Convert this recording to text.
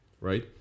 right